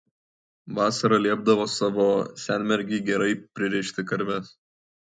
vasarą liepdavo savo senmergei gerai pririšti karves